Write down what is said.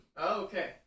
okay